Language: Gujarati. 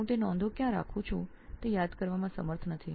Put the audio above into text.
હું તે નોંધો ક્યાં રાખું છું તે યાદ કરવામાં સમર્થ નથી